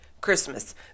Christmas